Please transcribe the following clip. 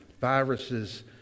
viruses